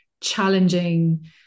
challenging